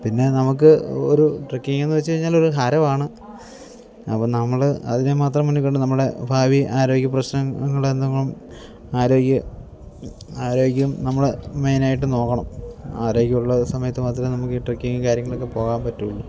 പിന്നെ നമുക്ക് ഒരു ട്രക്കിങ്ങെന്ന് വെച്ചു കഴിഞ്ഞാൽ ഒരു ഹരമാണ് അപ്പോൾ നമ്മൾ അതിനെ മാത്രം മുന്നിൽ കണ്ട് നമ്മുടെ ഭാവി ആരോഗ്യ പ്രശ്നങ്ങളെന്തെങ്കിലും ആരോഗ്യം ആരോഗ്യം നമ്മൾ മെയിനായിട്ട് നോക്കണം ആരോഗ്യമുള്ള സമയത്ത് മാത്രമേ നമുക്ക് ഈ ട്രക്കിങും കാര്യങ്ങളൊക്കെ പോകാൻ പറ്റൂുള്ളൂ